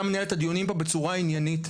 אתה מנהל את הדיונים פה בצורה עניינית.